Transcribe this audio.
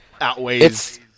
outweighs